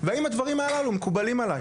והאם הדברים הללו מקובלים עליך.